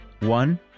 One